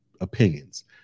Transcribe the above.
opinions